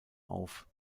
auf